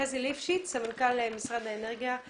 חזי ליפשיץ, סמנכ"ל משרד האנרגיה.